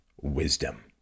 wisdom